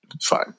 Fine